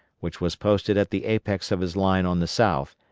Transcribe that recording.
which was posted at the apex of his line on the south,